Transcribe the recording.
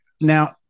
Now